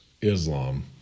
Islam